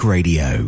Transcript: Radio